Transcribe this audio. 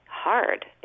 hard